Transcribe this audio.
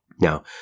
Now